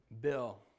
Bill